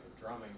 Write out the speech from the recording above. drumming